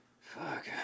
Fuck